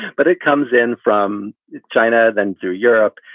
but it comes in from china than through europe.